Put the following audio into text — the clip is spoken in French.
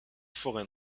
forêt